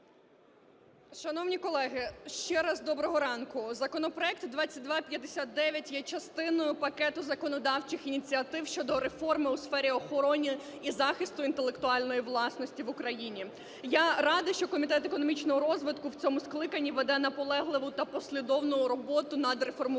Шановні колеги, ще раз доброго ранку! Законопроект 2259 є частиною пакету законодавчих ініціатив щодо реформи у сфері охорони і захисту інтелектуальної власності в Україні. Я рада, що Комітет економічного розвитку в цьому скликанні веде наполегливу та послідовну роботу над реформуванням